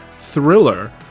thriller